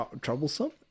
troublesome